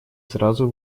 сразу